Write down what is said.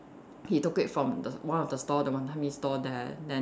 he took it from the one of the stall the wanton-mee stall there then